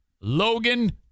Logan